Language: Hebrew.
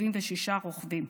76 רוכבים.